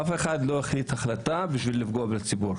אף אחד לא החליט החלטה בשביל לפגוע בציבור,